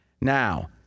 Now